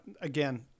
again